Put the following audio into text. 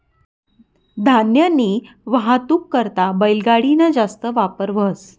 धान्यनी वाहतूक करता बैलगाडी ना जास्त वापर व्हस